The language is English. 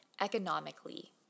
economically